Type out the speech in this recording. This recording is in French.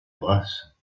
brasse